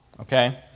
okay